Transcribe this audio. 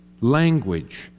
language